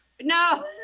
no